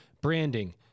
branding